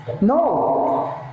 No